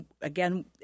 Again